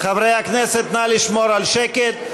חברי הכנסת, נא לשמור על שקט.